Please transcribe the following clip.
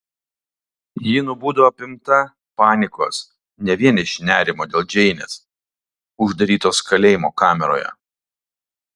ji nubudo apimta panikos ne vien iš nerimo dėl džeinės uždarytos kalėjimo kameroje